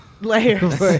Layers